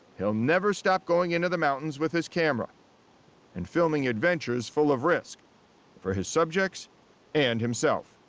he'll never stop going into the mountains with his camera and filming adventures full of risk for his subjects and himself.